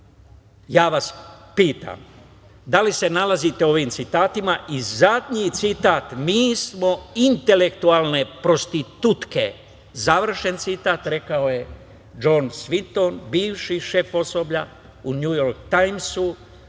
ja vas pitam – da li se nalazite u ovim citatima? Zadnji citat: „Mi smo intelektualne prostitutke“, završen citat, rekao je Džon Svinton, bivši šef osoblja u „Njujork tajmsu“,